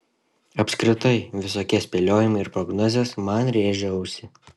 apskritai visokie spėliojimai ir prognozės man rėžia ausį